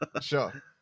Sure